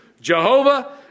Jehovah